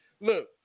Look